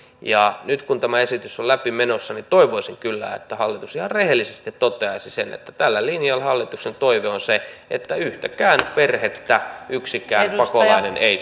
ja nyt kun tämä esitys on menossa läpi niin toivoisin kyllä että hallitus ihan rehellisesti toteaisi sen että tällä linjalla hallituksen toive on se että yhtäkään perhettä yksikään pakolainen ei